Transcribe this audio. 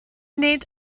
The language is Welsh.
nid